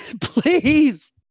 Please